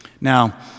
Now